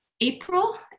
April